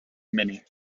many